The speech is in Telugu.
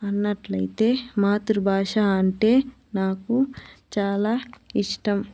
అన్నట్లయితే మాతృభాష అంటే నాకు చాలా ఇష్టం